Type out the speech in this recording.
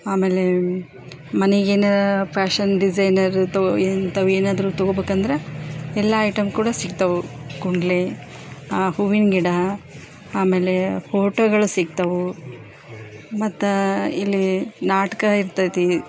ಆಮೇಲೆ ಮನೆಗೆ ಏನು ಫ್ಯಾಷನ್ ಡಿಸೈನರ್ ಇರ್ತವೆ ಇಂಥವು ಏನಾದರೂ ತಗೊಳ್ಬೇಕಂದ್ರೆ ಎಲ್ಲ ಐಟಮ್ ಕೂಡ ಸಿಗ್ತವೆ ಕುಂಡಲಿ ಆ ಹೂವಿನ ಗಿಡ ಆಮೇಲೆ ಫೋಟೋಗಳು ಸಿಗ್ತವೆ ಮತ್ತು ಇಲ್ಲಿ ನಾಟಕ ಇರ್ತೈತಿ